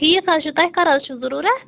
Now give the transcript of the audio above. ٹھیٖک حظ چھُ تۄہہِ کَر حظ چھُو ضٔروٗرت